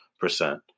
percent